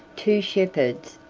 two shepherds,